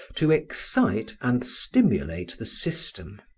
to excite and stimulate the system.